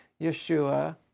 Yeshua